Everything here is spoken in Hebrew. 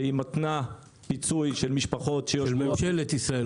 שהיא מתנה פיצוי של משפחות -- של ממשלת ישראל.